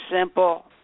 simple